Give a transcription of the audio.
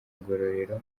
ngororero